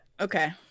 Okay